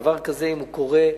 דבר כזה קורה,